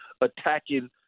attacking